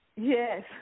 Yes